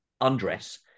undress